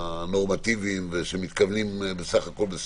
הנורמטיביים שהכוונות שלהם בסך הכול טובות